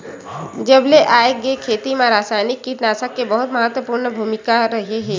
जब से लाए गए हे, खेती मा रासायनिक कीटनाशक के बहुत महत्वपूर्ण भूमिका रहे हे